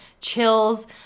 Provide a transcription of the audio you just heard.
chills